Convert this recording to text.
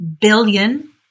billion